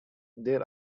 there